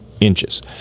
inches